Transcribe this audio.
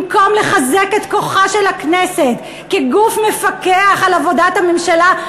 במקום לחזק את כוחה של הכנסת כגוף מפקח על עבודת הממשלה,